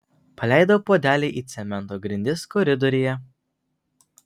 paleidau puodelį į cemento grindis koridoriuje